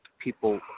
people